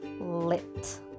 lit